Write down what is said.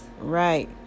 right